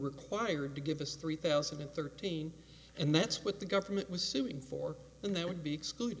required to give us three thousand and thirteen and that's what the government was suing for then they would be excluded